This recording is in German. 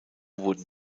wurden